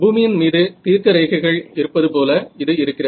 பூமியின் மீது தீர்க்க ரேகைகள் இருப்பதுபோல இது இருக்கிறது